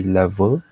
level